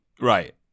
Right